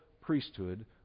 priesthood